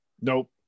Nope